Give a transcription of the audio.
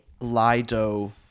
Lido